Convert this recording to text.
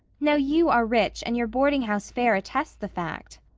now, you are rich and your boardinghouse fare attests the fact.